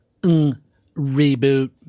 Reboot